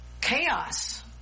chaos